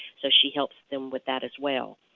so she helps them with that as well.